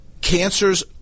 cancers